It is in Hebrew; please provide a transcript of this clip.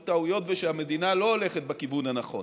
טעויות ושהמדינה לא הולכת בכיוון הנכון.